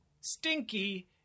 stinky